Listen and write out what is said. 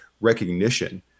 recognition